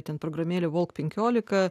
itin programėlė vok penkiolika